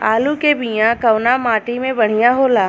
आलू के बिया कवना माटी मे बढ़ियां होला?